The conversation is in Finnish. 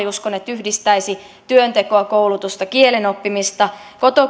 uskon että koulutussopimusmalli yhdistäisi työntekoa koulutusta kielen oppimista